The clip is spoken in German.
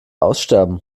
aussterben